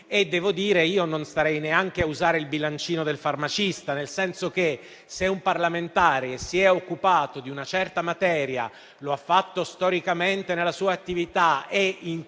di tempi. Io non starei neanche a usare il bilancino del farmacista, nel senso che se un parlamentare si è occupato di una certa materia, lo ha fatto storicamente nella sua attività e in